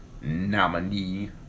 nominee